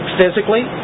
physically